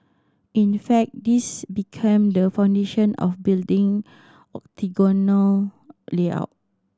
in fact this became the foundation of building octagonal layout